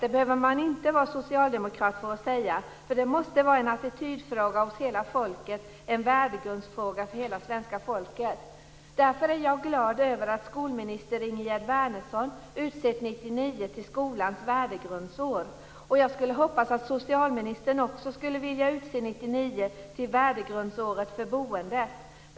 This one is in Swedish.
Det behöver man inte vara socialdemokrat för att säga, eftersom det måste vara en attitydfråga och en värdegrundsfråga för hela svenska folket. Därför är jag glad över att skolminister Ingegerd Wärnersson utsett 1999 till skolans värdegrundsår. Jag hoppas att socialministern också skulle vilja utse 1999 till värdegrundsåret för boende.